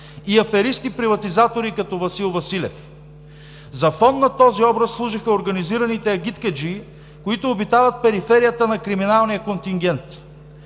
и аферисти-приватизатори като Васил Василев. За фон на този образ служиха организираните агиткаджии, които обитават периферията на криминалния контингент.